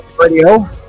Radio